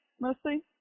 mostly